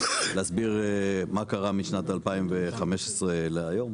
להסביר מה קרה משנת 2015 עד היום,